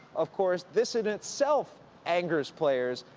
of course, this in itself angers players,